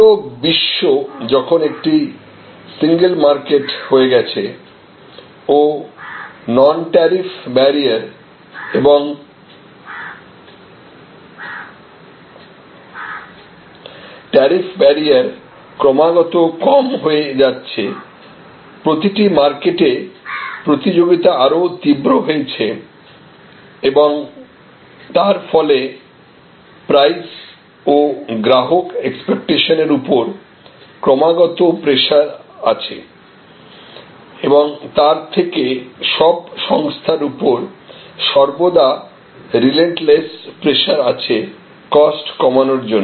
সমগ্র বিশ্ব যখন একটি সিঙ্গেল মার্কেট হয়ে গেছে ও নন ট্যারিফ ব্যারিয়ার এবং ট্যারিফ ব্যারিয়ার ক্রমাগত কম হয়ে যাচ্ছে প্রতিটি মার্কেটে প্রতিযোগিতা আরও তীব্র হয়েছে এবং তার ফলে প্রাইস ও গ্রাহক এক্সপেক্টেশনের উপর ক্রমাগত প্রেসার আছে এবং তার থেকে সব সংস্থার উপর সর্বদা রেলেন্টলেস প্রেসার আছে কস্ট কমাবার জন্য